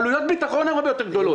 עלויות הביטחון הן הרבה יותר גדולות.